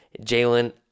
Jalen